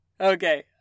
Okay